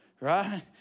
Right